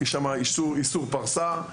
יש שם איסור פרסה,